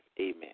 Amen